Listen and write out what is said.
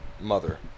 mother